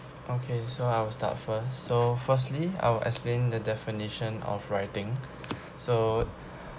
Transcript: okay so I will start first so firstly I will explain the definition of writing so